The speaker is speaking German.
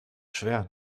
schwer